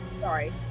Sorry